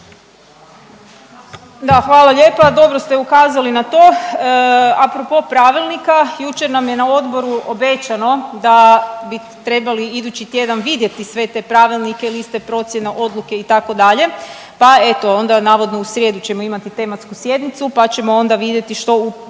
Da, hvala lijepa. Dobro ste ukazali na to. A propos pravilnika, jučer nam je na odboru obećano da bi trebali idući tjedan vidjeti sve te pravilnike, liste procjena, odluke, itd., pa eto onda navodno u srijedu ćemo imati tematsku sjednicu pa ćemo onda vidjeti to u tim